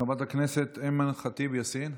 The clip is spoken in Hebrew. חברת הכנסת אימאן ח'טיב יאסין,